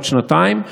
עוד שנתיים",